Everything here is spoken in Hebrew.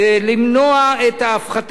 למנוע את ההפחתה הזאת.